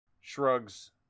Shrugs